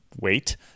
wait